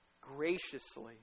graciously